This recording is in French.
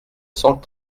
cent